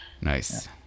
Nice